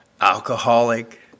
alcoholic